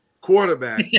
quarterback